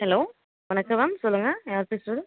hello வணக்கம் ma'am சொல்லுங்க யார் பேசுறது